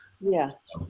Yes